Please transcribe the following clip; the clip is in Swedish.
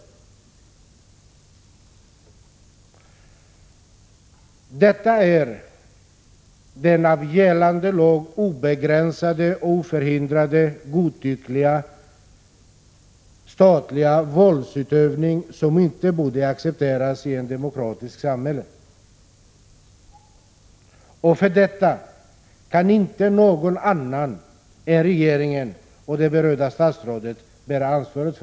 Detta är en av gällande lag obegränsad och oförhindrad, godtycklig statlig våldsutövning som inte borde accepteras av ett demokratiskt samhälle. Och för detta kan inte någon annan än regeringen och det berörda statsrådet bära ansvaret.